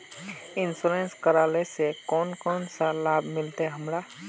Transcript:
Insurance करेला से कोन कोन सा लाभ मिलते हमरा?